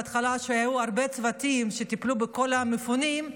בהתחלה היו הרבה צוותים שטיפלו בכל המפונים,